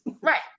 Right